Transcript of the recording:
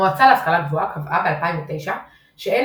המועצה להשכלה גבוהה קבעה ב-2009 שאין